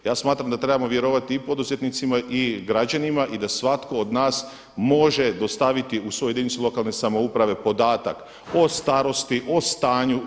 Ja smatram da trebamo vjerovati i poduzetnicima i građanima i da svatko od nas može dostaviti u svoju jedinicu lokalne samouprave podatak o starosti, o stanju.